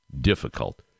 difficult